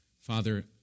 Father